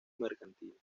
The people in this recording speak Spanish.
mercantil